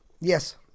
Yes